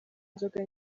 inzoga